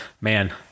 Man